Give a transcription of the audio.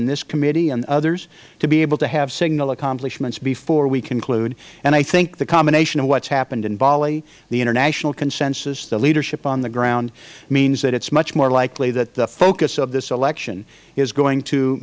and this committee and others to be able to have singular accomplishments before we conclude and i think the combination of what has happened in bali the international consensus the leadership on the ground means that it is much more likely that the focus of this election is going to